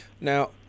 Now